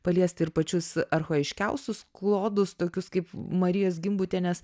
paliesti ir pačius archajiškiausius klodus tokius kaip marijos gimbutienės